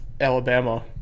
Alabama